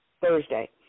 Thursday